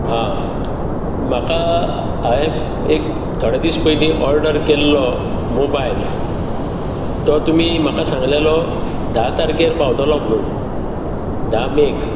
हां म्हाका हायेन एक थोडे दीस पयलीं ऑर्डर केल्लो मोबायल तो तुमी म्हाका सांगलेलो धा तारखेर पावतलो म्हुणून धा मेक